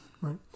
Right